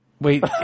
wait